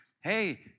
hey